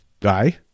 guy